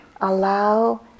allow